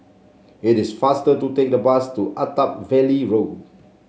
it is faster to take the bus to Attap Valley Road